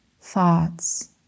thoughts